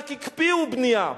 רק הקפיאו בנייה.